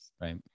right